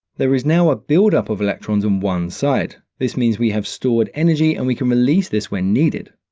there is now a buildup of electrons on one side. this means we have stored energy and we can release this when needed.